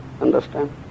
Understand